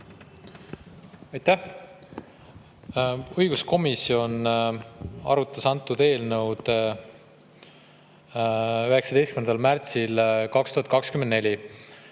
Aitäh! Õiguskomisjon arutas antud eelnõu 19. märtsil 2024.